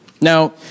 Now